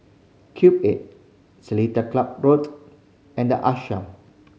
Cube Eight Seletar Club Road and The Ashram